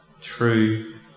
true